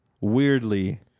Weirdly